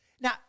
Now